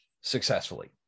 successfully